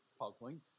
puzzling